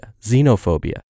xenophobia